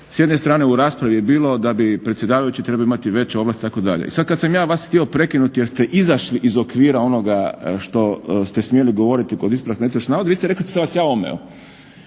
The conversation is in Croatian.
s jedne strane u raspravi je bilo da bi predsjedavajući trebao imati veće ovlasti itd., i sad kad sam ja vas htio prekinuti jer ste izašli iz okvira onoga što ste smjeli govoriti kod ispravka netočnog navoda vi ste rekli da sam vas ja omeo.